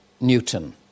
Newton